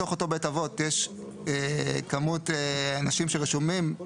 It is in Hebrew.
בתוך אותו בית אבות יש כמות אנשים שרשומים